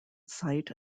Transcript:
site